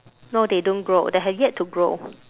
no they don't grow they have yet to grow